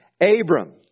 Abram